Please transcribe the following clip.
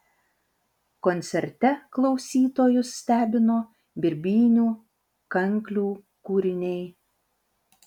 koncerte klausytojus stebino birbynių kanklių kūriniai